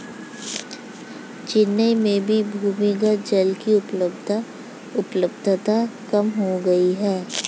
चेन्नई में भी भूमिगत जल की उपलब्धता कम हो गई है